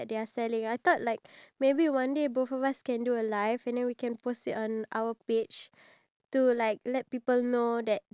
they will like play fortnite and then they will record themselves playing fortnite and then at the they will put like macam like two screens